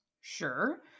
sure